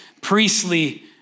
priestly